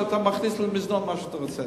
אתה מכניס למזנון מה שאתה רוצה.